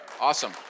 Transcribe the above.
Awesome